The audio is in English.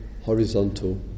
horizontal